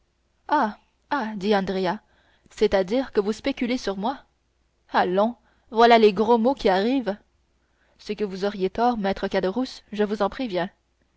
c'est-à-dire que vous spéculez sur moi allons voilà les gros mots qui arrivent c'est que vous auriez tort maître caderousse je vous en préviens